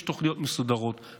יש תוכניות מסודרות,